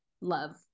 love